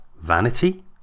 vanity